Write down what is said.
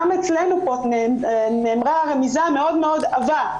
גם אצלנו נאמרה רמיזה מאוד עבה,